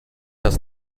does